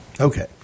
Okay